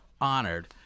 honored